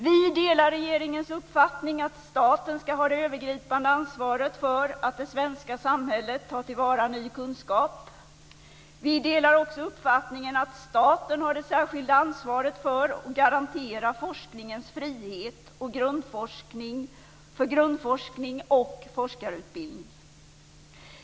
Vi delar regeringens uppfattning att staten ska ha det övergripande ansvaret för att det svenska samhället tar till vara ny kunskap. Vi delar också uppfattningen att staten har det särskilda ansvaret för att garantera forskningens frihet, för grundforskning och för forskarutbildning.